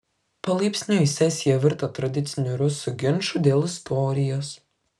palaipsniui sesija virto tradiciniu rusų ginču dėl istorijos